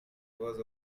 was